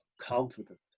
confident